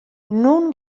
non